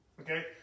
Okay